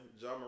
John